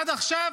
ועד עכשיו